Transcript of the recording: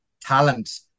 talent